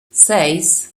seis